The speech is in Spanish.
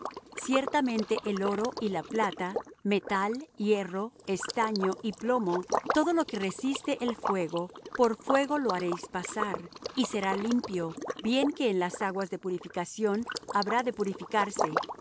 ciertamente el oro y la plata metal hierro estaño y plomo todo lo que resiste el fuego por fuego lo haréis pasar y será limpio bien que en las aguas de purificación habrá de purificarse